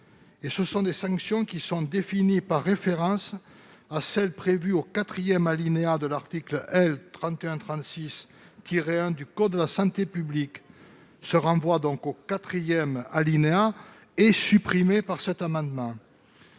Ces sanctions sont définies par référence à celles prévues aux troisième et quatrième alinéas de l'article L. 3136-1 du code de la santé publique. Ce renvoi au quatrième alinéa est supprimé par l'amendement.